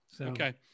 Okay